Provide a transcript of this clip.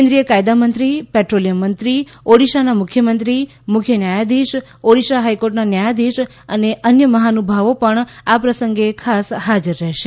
કેન્દ્રીય કાયદા મંત્રી પેટ્રોલીયમ મંત્રી ઓડીશાના મુખ્યમંત્રી મુખ્ય ન્યાયાધીશ ઓડીશા હાઇકોર્ટના ન્યાયાધીશ અને અન્ય મહાનુભાવો પણ આ પ્રસંગે ખાસ હાજર રહેશે